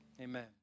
amen